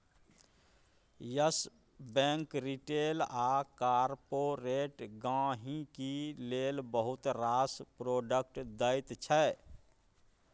yes Bank retail आ corporate गांहिकी लेल बहुत रास प्रोडक्ट दैत छै